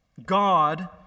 God